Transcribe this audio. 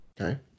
Okay